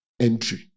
entry